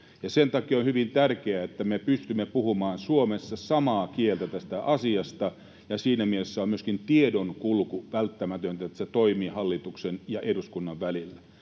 sen takia on hyvin tärkeää, että me pystymme puhumaan Suomessa samaa kieltä tästä asiasta, ja siinä mielessä myöskin tiedonkulku on välttämätöntä, että se toimii hallituksen ja eduskunnan välillä.